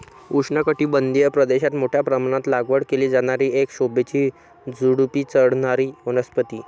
उष्णकटिबंधीय प्रदेशात मोठ्या प्रमाणात लागवड केली जाणारी एक शोभेची झुडुपी चढणारी वनस्पती